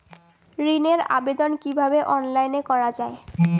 ঋনের আবেদন কিভাবে অনলাইনে করা যায়?